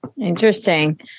Interesting